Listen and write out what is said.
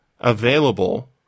available